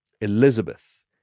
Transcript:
Elizabeth